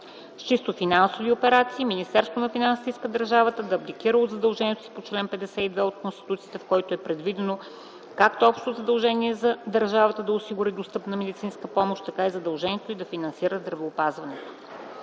С чисто финансови операции Министерството на финансите иска държавата да абдикира от задължението си по чл. 52 от Конституцията, в който е предвидено както общото задължение за държавата да осигури достъпна медицинска помощ, така и задължението й да финансира здравеопазването.